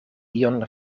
ion